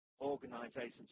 organizations